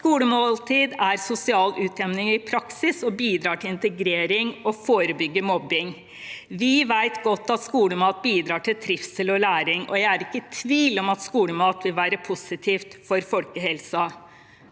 Skolemåltid er sosial utjevning i praksis og bidrar til integrering og å forebygge mobbing. Vi vet godt at skolemat bidrar til trivsel og læring, og jeg er ikke i tvil om at skolemat vil være positivt for folkehelsen.